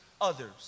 others